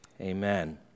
Amen